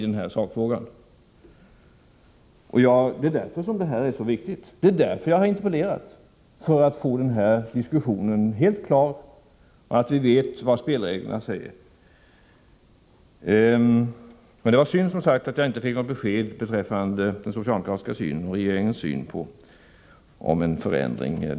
Det är därför detta är så viktigt! Det är därför jag har interpellerat — för att få en helt klarläggande diskussion, så att vi vet vilka spelreglerna är. Men det var synd att jag inte fick något besked beträffande regeringens och den övriga socialdemokratins syn på en eventuell förändring.